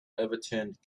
overturned